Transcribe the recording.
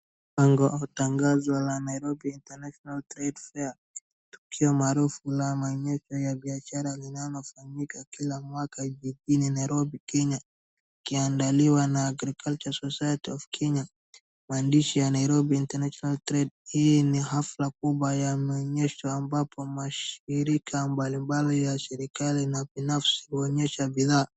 Bango au tangazo la Nairobi International Trade Fair , tukio maarufu la maonyesho ya biashara linalofanyika kila mwaka jijini Nairobi, Kenya. Ikiandaliwa na Agriculture Society of Kenya . Maandishi ya Nairobi International Trade , hii ni hafla kubwa ya maonyesho ambapo mashirika mbalimbali ya serikali na binafsi huonyesha bidhaa.